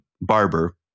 barber